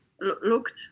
looked